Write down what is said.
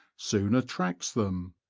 soon attracts them